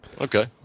Okay